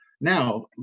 Now